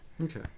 Okay